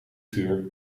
vuur